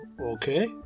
Okay